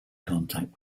contact